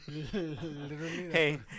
Hey